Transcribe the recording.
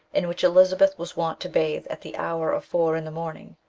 in which elizabeth was wont to bathe at the hour of four in the morning.